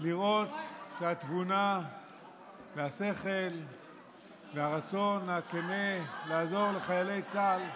לראות את התבונה והשכל והרצון הכן לעזור לחיילי צה"ל.